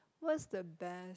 what's the best